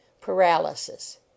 paralysis